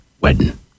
wedding